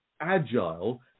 agile